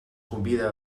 convida